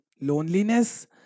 loneliness